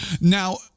Now